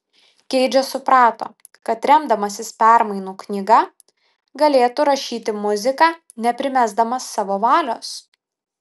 keidžas suprato kad remdamasis permainų knyga galėtų rašyti muziką neprimesdamas savo valios